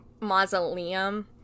mausoleum